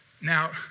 Now